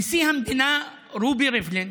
נשיא המדינה רובי ריבלין